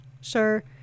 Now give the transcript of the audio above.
Sure